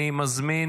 אני מזמין